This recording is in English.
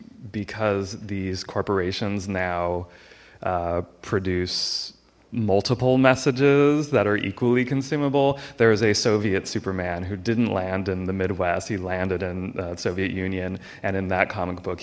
because these corporations now produce multiple messages that are equally consumable there is a soviet superman who didn't land in the midwest he landed in soviet union and in that comic book